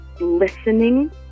listening